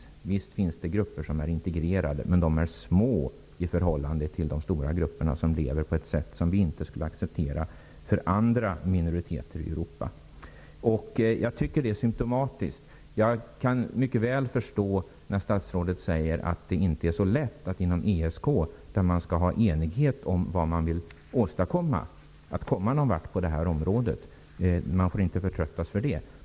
Visst finns det grupper som är integrerade, men de är små i förhållande till de stora grupperna, som lever på ett sätt som vi inte skulle acceptera för andra minoriteter i Europa. Det är symtomatiskt. Jag kan mycket väl förstå, när statsrådet säger att det inte är så lätt att inom ESK, där man måste ha enighet om vad man vill besluta, komma någon vart på detta område. Man får inte förtröttas för det.